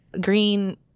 green